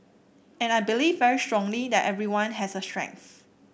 and I believe very strongly that everyone has a strength